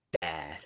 bad